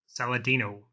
Saladino